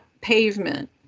pavement